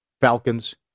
Falcons